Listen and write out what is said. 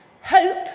Hope